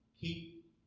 keep